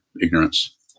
ignorance